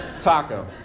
taco